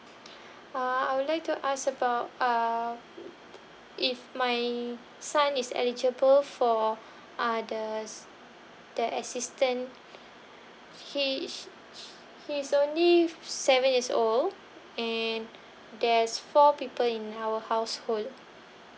uh I would like to ask about uh if my son is eligible for uh the s~ that assistance he sh~ h~ he's only five seven years old and there's four people in our household